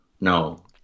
no